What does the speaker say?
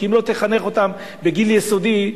כי אם לא תחנך אותם בגיל יסודי,